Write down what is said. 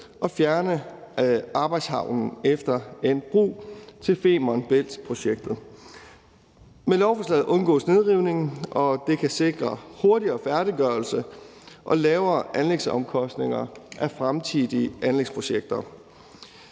og fjerne arbejdshavnen efter endt brug ved Femern Bælt-projektet. Med lovforslaget undgås nedrivningen, og det kan sikre hurtigere færdiggørelse og lavere anlægsomkostninger ved fremtidige anlægsprojekter.